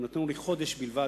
הם נתנו לי חודש בלבד.